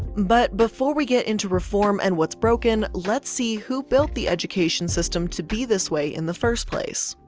but before we get into reform and what's broken, let's see who built the education system to be this way in the first place.